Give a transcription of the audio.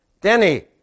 Denny